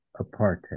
apartheid